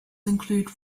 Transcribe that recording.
include